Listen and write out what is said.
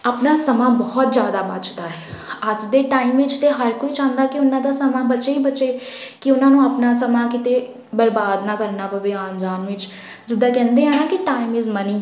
ਆਪਣਾ ਸਮਾਂ ਬਹੁਤ ਜ਼ਿਆਦਾ ਬਚਦਾ ਹੈ ਅੱਜ ਦੇ ਟਾਈਮ ਵਿੱਚ ਤਾਂ ਹਰ ਕੋਈ ਚਾਹੁੰਦਾ ਕਿ ਉਹਨਾਂ ਦਾ ਸਮਾਂ ਬਚੇ ਹੀ ਬਚੇ ਕਿ ਉਹਨਾਂ ਨੂੰ ਆਪਣਾ ਸਮਾਂ ਕਿਤੇ ਬਰਬਾਦ ਨਾ ਕਰਨਾ ਪਵੇ ਆਉਣ ਜਾਣ ਵਿੱਚ ਜਿੱਦਾਂ ਕਹਿੰਦੇ ਆ ਨਾ ਕਿ ਟਾਈਮ ਇਜ਼ ਮਨੀ